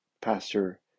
pastor